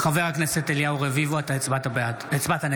בעד חבר הכנסת אליהו רביבו, הצבעת נגד.